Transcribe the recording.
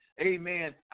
amen